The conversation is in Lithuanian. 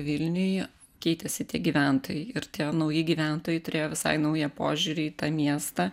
vilniuj keitėsi tie gyventojai ir tie nauji gyventojai turėjo visai naują požiūrį į tą miestą